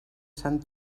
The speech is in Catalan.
sant